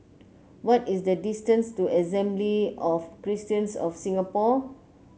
what is the distance to Assembly of Christians of Singapore